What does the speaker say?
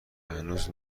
هنوز